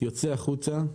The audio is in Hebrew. יוצא החוצה,